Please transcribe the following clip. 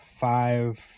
five